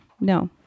no